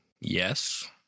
yes